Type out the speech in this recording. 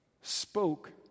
spoke